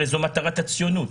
הרי זו מטרת הציונות.